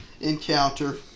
encounter